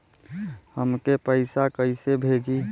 हमके पैसा कइसे भेजी?